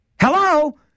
Hello